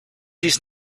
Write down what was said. his